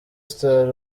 star